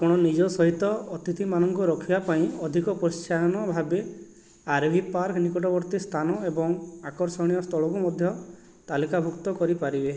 ଆପଣ ନିଜ ସହିତ ଅତିଥିମାନଙ୍କୁ ରଖିବା ପାଇଁ ଅଧିକ ପ୍ରୋତ୍ସାହନ ଭାବେ ଆର୍ ଭି ପାର୍କ ନିକଟବର୍ତ୍ତୀ ସ୍ଥାନ ଏବଂ ଆକର୍ଷଣୀୟ ସ୍ଥଳକୁ ମଧ୍ୟ ତାଲିକାଭୁକ୍ତ କରିପାରିବେ